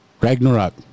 Ragnarok